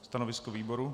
Stanovisko výboru?